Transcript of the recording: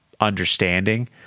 understanding